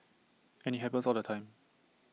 and IT happens all the time